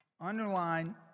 Underline